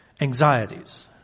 anxieties